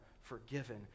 forgiven